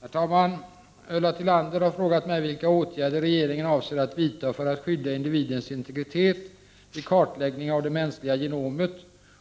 Herr talman! Ulla Tillander har frågat mig vilka åtgärder regeringen avser att vidta för att skydda individens integritet vid kartläggningen av det mänskliga genomet